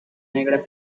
negra